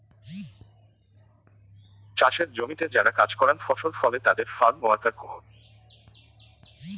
চাসের জমিতে যারা কাজ করাং ফসল ফলে তাদের ফার্ম ওয়ার্কার কুহ